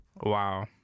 wow